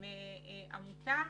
הם עמותה